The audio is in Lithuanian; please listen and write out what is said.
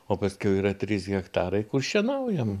o paskiau yra trys hektarai kur šienaujam